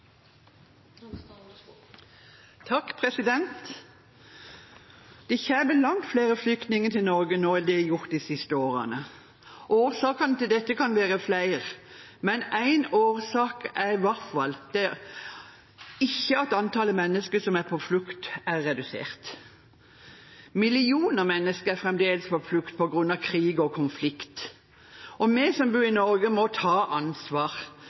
Det kommer langt færre flyktninger til Norge nå enn det har gjort de siste årene. Årsakene til dette kan være flere, men en årsak er i hvert fall ikke at antall mennesker som er på flukt, er redusert. Millioner av mennesker er fremdeles på flukt på grunn av krig og konflikt. Og vi som bor i Norge, må ta ansvar